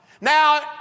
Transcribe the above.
Now